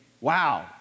Wow